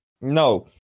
No